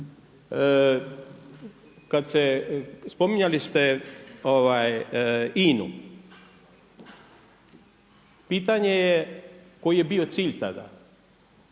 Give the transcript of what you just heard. vrijeme. Spominjali ste INA-u, pitanje je koji je bio cilj tada.